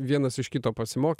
vienas iš kito pasimokė